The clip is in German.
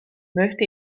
möchte